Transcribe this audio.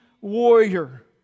warrior